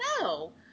No